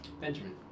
Benjamin